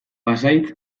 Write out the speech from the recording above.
pasahitz